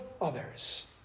others